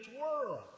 world